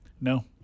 No